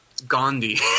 Gandhi